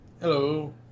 Hello